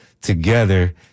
together